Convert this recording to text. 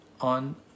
on